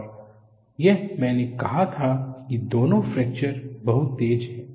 और यह मैंने कहा था कि दोनों फ्रैक्चर बहुत तेज हैं